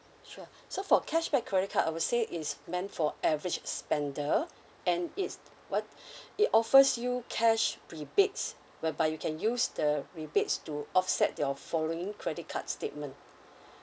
sure so for cashback credit card I would say it's meant for average spender and it's what it offers you cash rebates whereby you can use the rebates to offset your following credit card statement